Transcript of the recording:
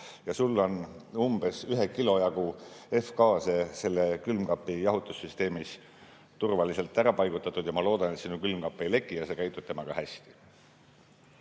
Ja sul on umbes ühe kilo jagu F-gaase selle külmkapi jahutussüsteemis turvaliselt ära paigutatud. Ma loodan, et sinu külmkapp ei leki ja sa käitud temaga hästi.